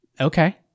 Okay